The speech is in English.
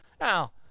Now